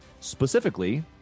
specifically